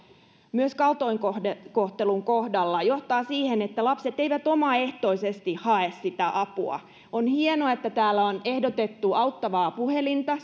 myös kaltoinkohtelun kohdalla johtaa siihen että lapset eivät omaehtoisesti hae sitä apua on hienoa että täällä on ehdotettu auttavaa puhelinta